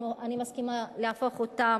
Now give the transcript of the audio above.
אני מסכימה להפוך אותה,